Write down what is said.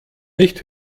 nicht